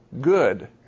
good